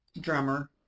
drummer